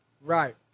Right